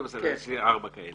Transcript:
בסדר, יש לי ארבע כאלה.